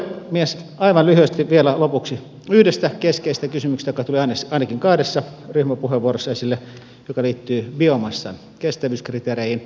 aivan lyhyesti vielä lopuksi yhdestä keskeisestä kysymyksestä joka tuli ainakin kahdessa ryhmäpuheenvuorossa esille joka liittyy biomassan kestävyyskriteereihin